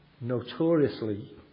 notoriously